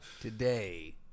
Today